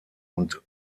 und